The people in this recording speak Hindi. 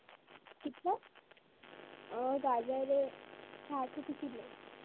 कितना और गाजर साठ रुपये किलो